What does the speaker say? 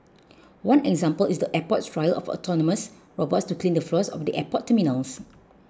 one example is the airport's trial of autonomous robots to clean the floors of the airport terminals